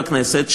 בכנסת,